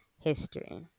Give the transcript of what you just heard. history